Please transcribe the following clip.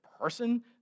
person